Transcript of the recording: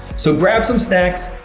so grab some snacks,